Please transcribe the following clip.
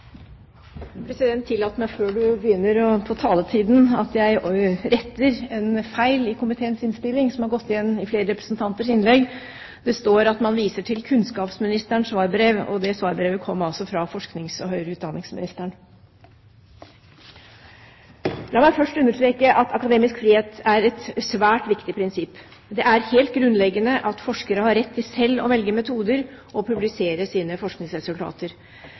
President, tillat meg før jeg begynner på taletiden, å rette en feil i komiteens innstilling som har gått igjen i flere representanters innlegg. Det står at man viser til kunnskapsministerens svarbrev. Det svarbrevet kom fra forsknings- og høyere utdanningsministeren. La meg først understreke at akademisk frihet er et svært viktig prinsipp. Det er helt grunnleggende at forskere har rett til selv å velge metoder og publisere sine forskningsresultater.